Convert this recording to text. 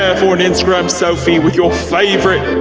ah for an instagram selfie with your favorite,